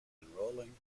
enrolling